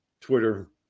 Twitter